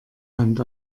hand